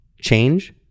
change